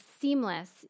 seamless